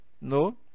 no